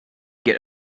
get